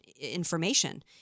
information